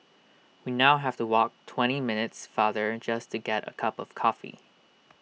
we now have to walk twenty minutes farther just to get A cup of coffee